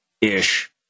ish